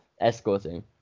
escorting